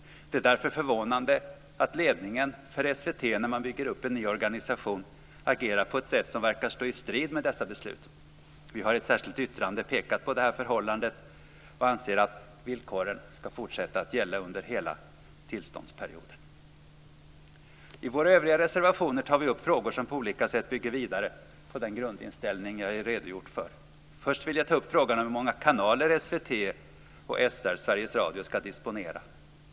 Det är därför förvånande att ledningen för SVT, när man bygger upp en ny organisation, agerar på ett sätt som verkar stå i strid med dessa beslut. Vi har i ett särskilt yttrande pekat på detta förhållande och anser att villkoren ska fortsätta att gälla under hela tillståndsperioden. I våra övriga reservationer tar vi upp frågor som på olika sätt bygger vidare på den grundinställning som jag har redogjort för. Först vill jag ta upp frågan om hur många kanaler SVT och SR ska disponera.